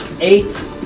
Eight